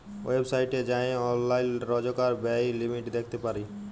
ওয়েবসাইটে যাঁয়ে অললাইল রজকার ব্যয়ের লিমিট দ্যাখতে পারি